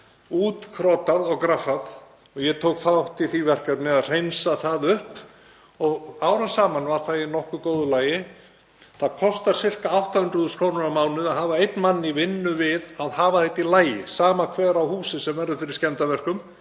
útkrotað og -graffað. Ég tók þátt í því verkefni að hreinsa það upp og árum saman var það í nokkuð góðu lagi. Það kostar um 800.000 kr. á mánuði að hafa einn mann í vinnu við að hafa þetta í lagi, sama hver á húsið sem verður fyrir skemmdarverkum